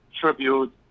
tribute